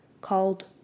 called